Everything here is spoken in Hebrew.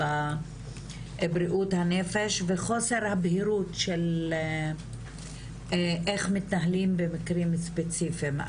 בבריאות הנפש וחוסר הבהירות של איך מתנהלים במקרים ספציפיים.